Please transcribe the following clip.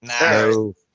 No